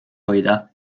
hoida